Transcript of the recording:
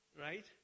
right